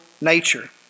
nature